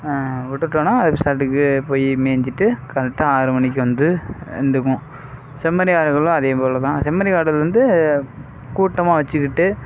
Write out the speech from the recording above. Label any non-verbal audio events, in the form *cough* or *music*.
விட்டுட்டோனா *unintelligible* போய் மேய்ஞ்சிட்டு கரெக்டா ஆறு மணிக்கு வந்து வந்துக்கும் செம்மறி ஆடுகளும் அதேபோல் தான் செம்மறி ஆடு வந்து கூட்டமாக வச்சுக்கிட்டு